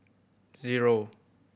zero